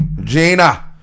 Gina